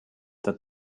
that